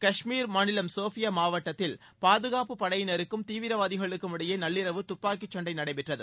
கஷ்மீர் மாநிலம் ஷோபியா மாவட்டத்தில் பாதுகாப்பு படையினருக்கும் தீவிரவாதிகளுக்கும் இடையே நள்ளிரவு துப்பாக்கிச் சண்டை நடைபெற்றது